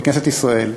בכנסת ישראל,